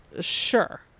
Sure